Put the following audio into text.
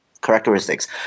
characteristics